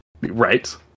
Right